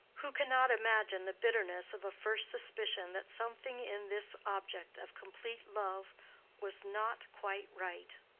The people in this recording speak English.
who cannot imagine the bitterness of a first suspicion that something in this object of complete love was not quite right?